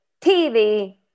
TV